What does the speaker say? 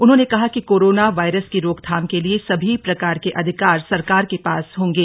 उन्होंने कहा कि कोरोना वायरस की रोकथाम के लिए सभी प्रकार के अधिकार सरकार के पास होंगे